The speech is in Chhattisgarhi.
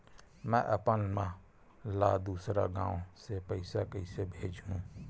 में अपन मा ला दुसर गांव से पईसा कइसे भेजहु?